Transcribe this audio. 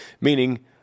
meaning